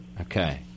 Okay